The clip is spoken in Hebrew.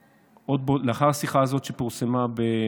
לאחר השיחה הזו שפורסמה ועד